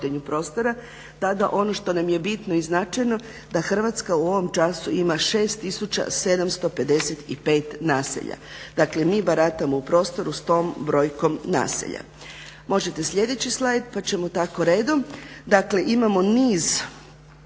Hrvatska u ovom času ima 6 755 naselja. Dakle, mi baratamo u prostoru s tom brojkom naselja. Možete slijedeći slajd pa ćemo tako redom.